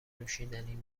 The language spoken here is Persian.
نوشیدنی